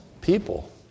people